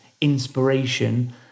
inspiration